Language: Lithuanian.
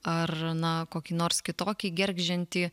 ar na kokį nors kitokį gergždžiantį